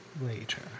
later